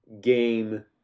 game